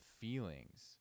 feelings